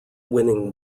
winning